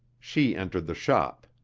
she entered the shop.